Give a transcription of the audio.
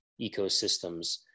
ecosystems